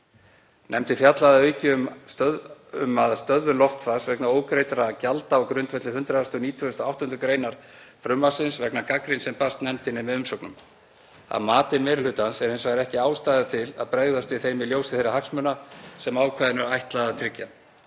Nefndin fjallaði að auki um stöðvun loftfars vegna ógreiddra gjalda á grundvelli 198. gr. frumvarpsins vegna gagnrýni sem barst nefndinni með umsögnum. Að mati meiri hlutans er hins vegar ekki ástæða til að bregðast við henni í ljósi þeirra hagsmuna sem ákvæðinu er ætlað að tryggja.